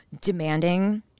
demanding